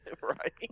right